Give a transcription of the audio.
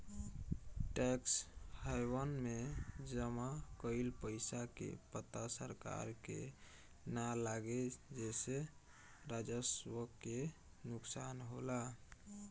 tax haven में जमा कइल पइसा के पता सरकार के ना लागे जेसे राजस्व के नुकसान होला